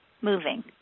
moving